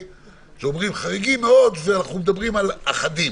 שאומרים חריגים מאוד אנחנו מדברים על אחדים